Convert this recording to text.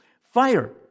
fire